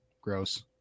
Gross